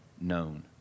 known